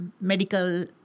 medical